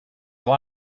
rely